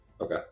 Okay